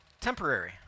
Temporary